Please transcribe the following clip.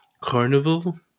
carnival